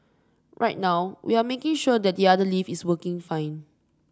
right now we are making sure that the other lift is working fine